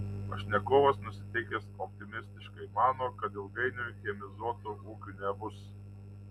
pašnekovas nusiteikęs optimistiškai mano kad ilgainiui chemizuotų ūkių nebus